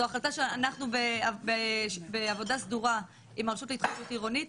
זו החלטה שאנחנו בעבודה סדורה עם הרשות להתחדשות עירונית.